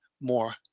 more